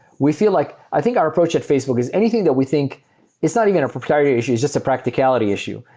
we feel like i think our approach at facebook is anything that we think it's not even a propriety issues. it's just a practicality issue.